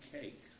cake